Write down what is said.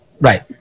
Right